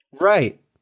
Right